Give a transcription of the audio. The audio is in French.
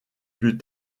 plus